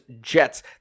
Jets